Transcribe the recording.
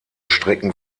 strecken